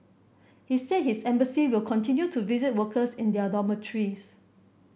he said his embassy will continue to visit workers in their dormitories